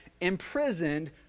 imprisoned